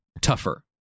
tougher